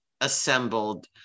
assembled